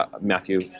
Matthew